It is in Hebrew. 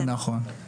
נכון.